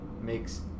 makes